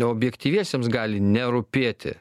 objektyviesiems gali nerūpėti